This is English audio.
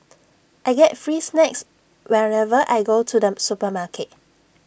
I get free snacks whenever I go to the supermarket